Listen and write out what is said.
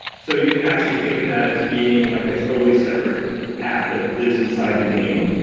so you could actually think of that as being like a totally separate app that lives inside the game,